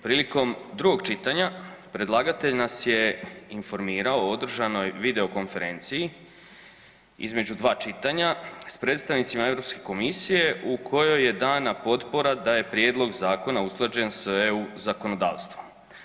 Prilikom drugog čitanja predlagatelj nas je informirao o održanoj video konferencije između dva čitanja sa predstavnicima Europske komisije u kojoj je dana potpora da je prijedlog zakona usklađen sa EU zakonodavstvom.